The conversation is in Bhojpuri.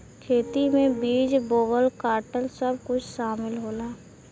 खेती में बीज बोवल काटल सब कुछ सामिल होला